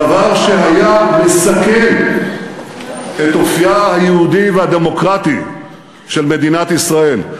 דבר שהיה מסכן את אופייה היהודי והדמוקרטי של מדינת ישראל.